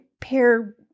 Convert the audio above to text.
pair